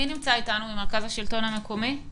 מי נמצא אתנו ב-זום ממרכז השלטון המקומי?